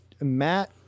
Matt